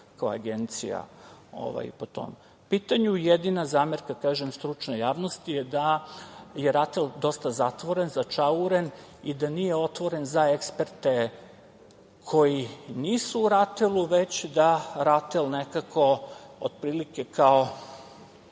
kao agencija po tom pitanju.U pitanju je jedina zamerka, da kažem, stručne javnosti je da je RATEL dosta zatvoren, začauren i da nije otvoren za eksperte koji nisu u RATEL-u, već da RATEL nekako, otprilike kao